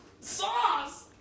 Sauce